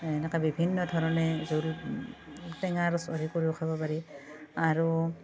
এনেকৈ বিভিন্ন ধৰণে জোল টেঙা কৰিও খাব পাৰি আৰু